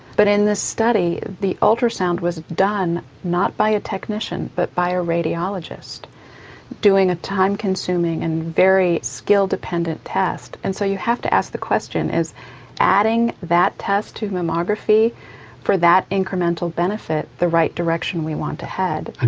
but in this study the ultrasound was done not by a technician but by a radiologist doing a time consuming and very skill-dependent test, and so you have to ask the question is adding that test to mammography for that incremental benefit the right direction we want to have. and